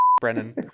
Brennan